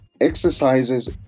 exercises